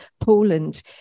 Poland